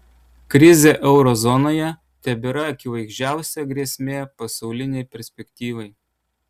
krizė euro zonoje tebėra akivaizdžiausia grėsmė pasaulinei perspektyvai